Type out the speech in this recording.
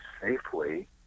safely